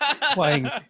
playing